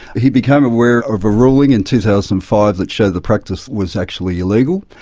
he became aware of a ruling in two thousand and five that showed the practice was actually illegal,